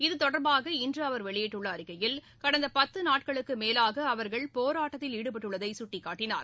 இது தொடர்பாக இன்று அவர் வெளியிட்டுள்ள அறிக்கையில் கடந்த பத்து நாட்களுக்கு மேலாக அவர்கள் போராட்டத்தில் ஈடுபட்டுள்ளதை சுட்டிக்காட்டினார்